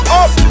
up